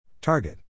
Target